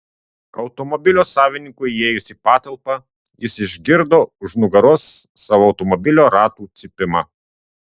automobilio savininkui įėjus į patalpą jis išgirdo už nugaros savo automobilio ratų cypimą